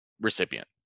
recipient